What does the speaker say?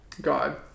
God